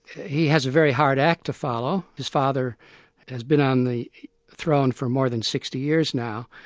he has a very hard act to follow, his father has been on the throne for more than sixty years now,